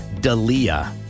Dalia